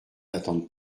d’attendre